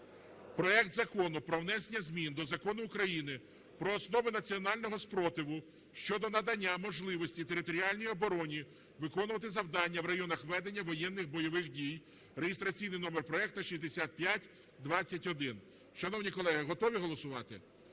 проект Закону про внесення змін до Закону України "Про основи національного спротиву" щодо надання можливості територіальній обороні виконувати завдання в районах ведення воєнних (бойових) дій (реєстраційний номер проекту 6521). Шановні колеги, готові голосувати?